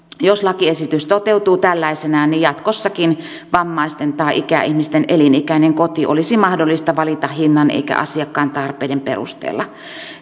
jos lakiesitys toteutuu tällaisenaan jatkossakin vammaisten tai ikäihmisten elinikäinen koti olisi mahdollista valita hinnan eikä asiakkaan tarpeiden perusteella